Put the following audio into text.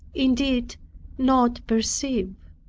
indeed not perceive.